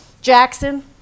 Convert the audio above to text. Jackson